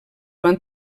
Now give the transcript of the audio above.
van